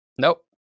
Nope